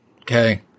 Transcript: Okay